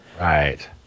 Right